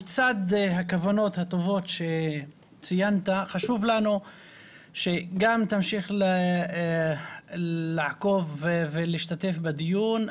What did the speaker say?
לצד הכוונות הטובות שציינת חשוב לנו שגם תמשיך לעקוב ולהשתתף בדיון,